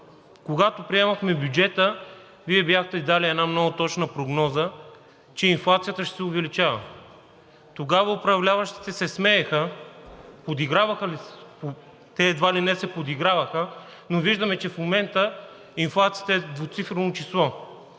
когато приемахме бюджета, Вие бяхте дали една много точна прогноза, че инфлацията ще се увеличава. Тогава управляващите се смееха – те едва ли не се подиграваха, но виждаме, че в момента инфлацията е двуцифрено число.